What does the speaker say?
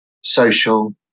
social